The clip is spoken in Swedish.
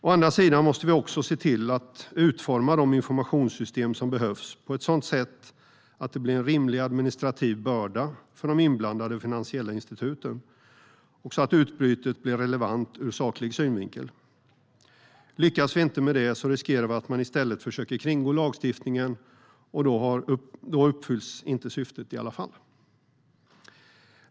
Å andra sidan måste vi också se till att utforma de informationssystem som behövs på ett sådant sätt att det blir en rimlig administrativ börda för de inblandade finansiella instituten och så att utbytet blir relevant ur saklig synvinkel. Lyckas vi inte med det riskerar vi att man i stället försöker kringgå lagstiftningen, och då uppfylls i varje fall inte syftet.